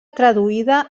traduïda